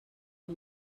amb